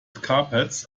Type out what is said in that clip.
carpets